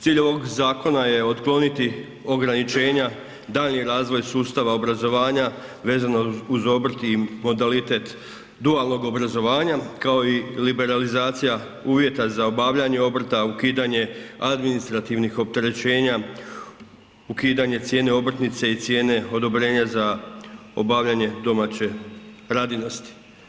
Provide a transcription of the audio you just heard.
Cilj ovog zakona otkloniti ograničenja daljnji razvoj sustava obrazovanja vezano uz obrt i modalitet dualnog obrazovanja kao i liberalizacija uvjeta za obavljanje obrta, ukidanje administrativnih opterećenja, ukidanje cijene obrtnice i cijene odobrenja za obavljanje domaće radinosti.